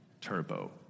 turbo